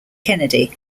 kennedy